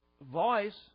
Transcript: Voice